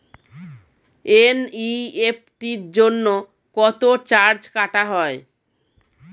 NEFT জন্য কত charge কাটা হয়?